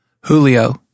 Julio